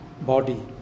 body